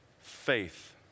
faith